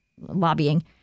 lobbying